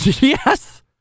Yes